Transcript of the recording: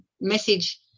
message